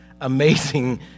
amazing